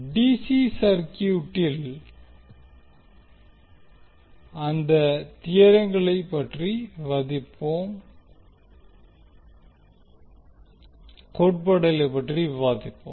DC சர்கியூட்டில் முன்பே நாம் பார்த்ததை இப்போது ஏசி சர்கியூட்டில் அந்த தியோரங்களை பற்றி விவாதிப்போம் கோட்பாடுகளைப் பற்றி விவாதிப்போம்